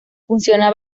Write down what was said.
funciona